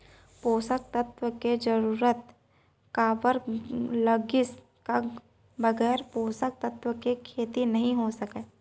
पोसक तत्व के जरूरत काबर लगिस, का बगैर पोसक तत्व के खेती नही हो सके?